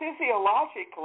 physiologically